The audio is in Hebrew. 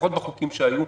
לפחות בחוקים שהיו.